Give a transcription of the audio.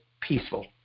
peaceful